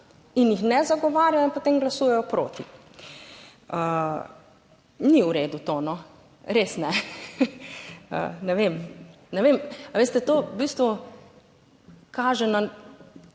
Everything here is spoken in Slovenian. in jih ne zagovarjajo in potem glasujejo proti. Ni v redu to, no, res ne. Ne vem, ne vem, a veste, to v bistvu kaže na